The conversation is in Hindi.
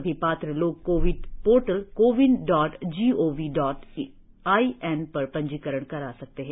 सभी पात्र लोग CoWIN portal CoWIN dot gov dot in पर पंजीकरण करा सकते हैं